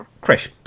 chris